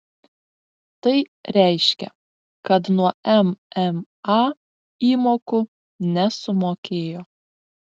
tai reiškia kad nuo mma įmokų nesumokėjo